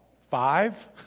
Five